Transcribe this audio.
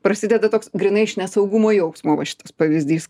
prasideda toks grynai iš nesaugumo jausmo va šitas pavyzdys